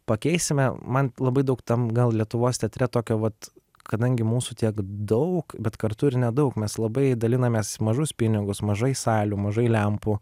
pakeisime man labai daug tam gal lietuvos teatre tokio vat kadangi mūsų tiek daug bet kartu ir nedaug mes labai dalinamės mažus pinigus mažai salių mažai lempų